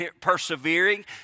persevering